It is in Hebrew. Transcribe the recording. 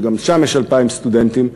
שגם שם יש 2,000 סטודנטים,